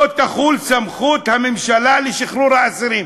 "לא תחול סמכות הממשלה לשחרור האסירים".